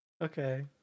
Okay